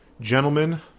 Gentlemen